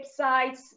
websites